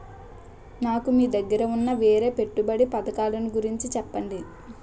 నాకు మీ దగ్గర ఉన్న వేరే పెట్టుబడి పథకాలుగురించి చెప్పగలరా?